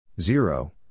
Zero